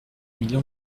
million